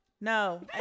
No